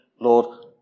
Lord